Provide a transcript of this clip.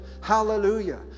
Hallelujah